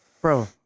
Bro